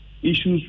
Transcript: issues